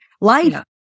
life